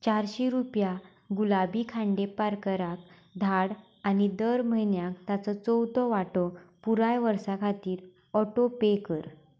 चारशें रुपया गुलाबी खांडेपारकाराक धाड आनी दर म्हयन्याक ताचो चवथो वांटो पुराय वर्सा खातीर ऑटोपे कर